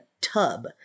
tub